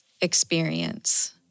experience